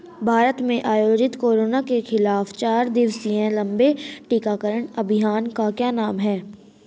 भारत में आयोजित कोरोना के खिलाफ चार दिवसीय लंबे टीकाकरण अभियान का क्या नाम है?